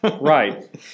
Right